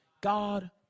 God